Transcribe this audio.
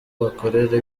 bakorera